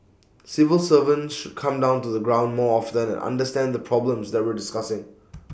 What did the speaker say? civil servants should come down to the ground more often understand the problems that we're discussing